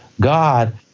God